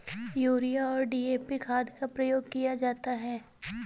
urea और DAP खाद का प्रयोग किया जाता है